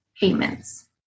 payments